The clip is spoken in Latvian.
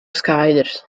skaidrs